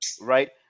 Right